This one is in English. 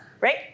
Right